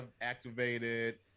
activated